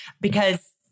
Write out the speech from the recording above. because-